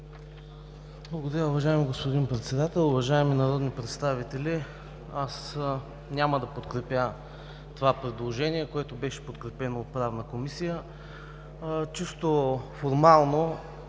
Благодаря, уважаеми господин Председател. Уважаеми народни представители, аз няма да подкрепя това предложение, което е подкрепено от Правна комисия. Чисто формално